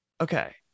okay